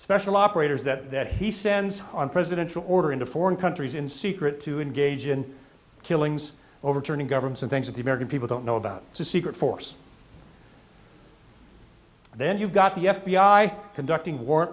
special operators that he sends on presidential order into foreign countries in secret to engage in killings overturning governments and things that the american people don't know about it's a secret force then you've got the f b i conducting w